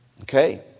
Okay